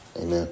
Amen